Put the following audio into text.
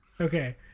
Okay